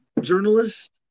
journalist